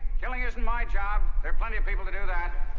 killing isn't my job. there are plenty of people to do that.